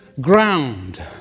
ground